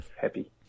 happy